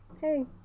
Hey